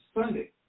Sunday